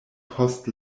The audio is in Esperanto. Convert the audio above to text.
post